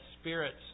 spirits